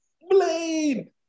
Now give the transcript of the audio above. Blade